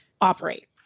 operate